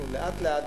אנחנו לאט-לאט,